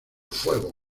fuego